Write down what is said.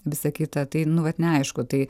visa kita tai nu vat neaišku tai